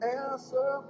answer